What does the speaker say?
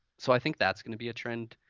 so i think that's gonna be a trend.